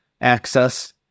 access